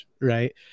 right